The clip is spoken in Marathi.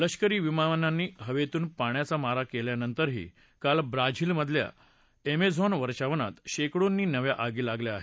लष्करी विमानांनी हवेतून पाण्याचा मारा केल्यानंतरही काल ब्राझीलमधल्या ऍमेझॉन वर्षावनात शेकडोंनी नव्या आगी लागल्या आहेत